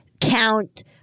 count